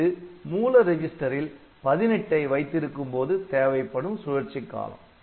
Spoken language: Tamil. இது மூல ரிஜிஸ்டரில் 18 ஐ வைத்திருக்கும்போது தேவைப்படும் சுழற்சிக் காலம்